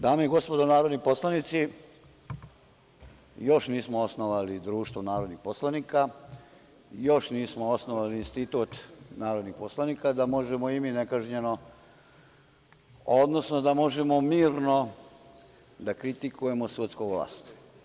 Dame i gospodo narodni poslanici, još nismo osnovali društvo narodnih poslanika, još nismo osnovali institut narodnih poslanika da možemo i mi nekažnjeno, odnosno da možemo mirno da kritikujemo sudsku vlast.